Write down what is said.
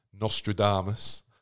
Nostradamus